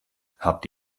habt